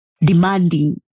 demanding